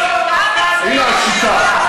הינה השיטה,